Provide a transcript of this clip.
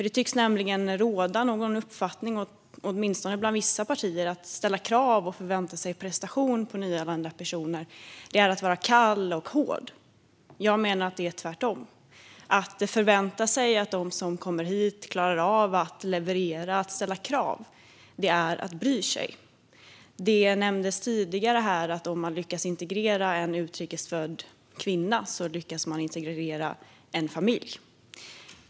Det tycks nämligen råda en uppfattning, åtminstone bland vissa partier, att det är att vara kall och hård om man ställer krav och förväntar sig prestation av nyanlända personer. Jag menar att det är tvärtom - att ställa krav och att förvänta sig att de som kommer hit klarar av att leverera är att bry sig. Det nämndes tidigare att om man lyckas integrera en utrikes född kvinna lyckas man integrera en familj.